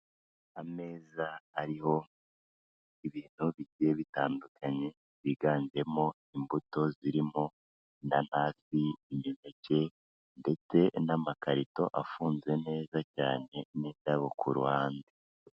Ameza ariho ibintu bigiye bitandukanye, byiganjemo imbuto zirimo inanasi, imineke ndetse n'amakarito afunze neza cyane n'indabo ku ruhande.